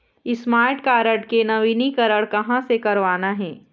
Smart card के नवीनीकरण कहां से करवाना हे?